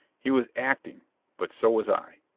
he was acting but so was i.